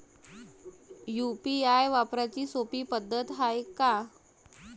UPI वापराची सोपी पद्धत हाय का?